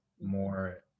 more